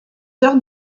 heures